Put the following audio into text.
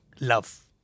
Love